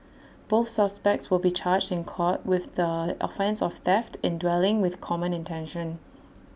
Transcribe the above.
both suspects will be charged in court with the offence of theft in dwelling with common intention